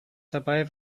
dabei